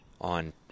on